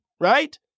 right